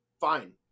Fine